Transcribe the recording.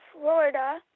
Florida